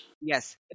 Yes